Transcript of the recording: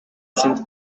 sind